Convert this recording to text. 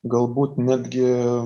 galbūt netgi